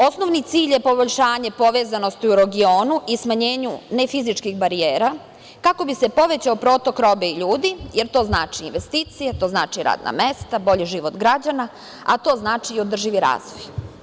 Osnovni cilj je poboljšanje povezanosti u regionu i smanjenju nefizičkih barijera kako bi se povećao protok robe i ljudi, jer to znači investicije, to znače radna mesta, bolji život građana, a to znači i održivi razvoj.